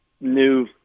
new